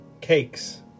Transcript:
cakes